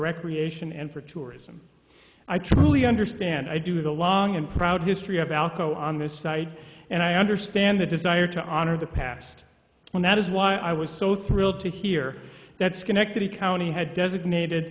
recreation and for tourism i truly understand i do have a long and proud history of alco on this site and i understand the desire to honor the past well that is why i was so thrilled to hear that schenectady county had designated